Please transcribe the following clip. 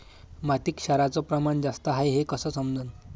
मातीत क्षाराचं प्रमान जास्त हाये हे कस समजन?